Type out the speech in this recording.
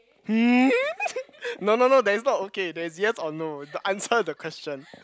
hmm no no no there is not talk okay there is yes or no the answer the question